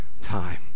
time